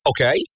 Okay